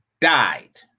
died